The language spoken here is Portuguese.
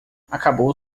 acabou